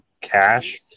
cash